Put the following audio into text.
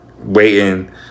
waiting